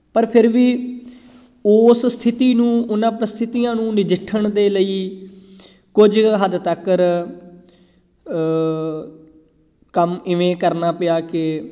ਪਰ ਫਿਰ ਵੀ ਉਸ ਸਥਿਤੀ ਨੂੰ ਉਹਨਾਂ ਪ੍ਰਸਥਿਤੀਆਂ ਨੂੰ ਨਜਿੱਠਣ ਦੇ ਲਈ ਕੁਝ ਹੱਦ ਤੱਕਰ ਕੰਮ ਇਵੇਂ ਕਰਨਾ ਪਿਆ ਕਿ